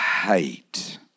hate